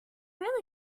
really